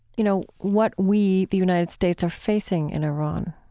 you know, what we, the united states, are facing in iran.